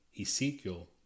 Ezekiel